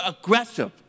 aggressive